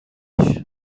داشت